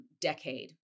decade